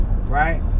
Right